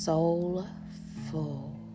Soulful